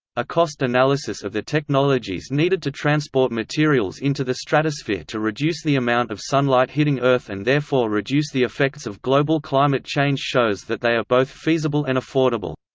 a cost analysis of the technologies needed to transport materials into the stratosphere to reduce the amount of sunlight hitting earth and therefore reduce the effects of global climate change shows that they are both feasible and affordable.